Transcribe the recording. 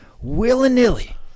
willy-nilly